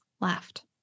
left